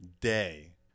day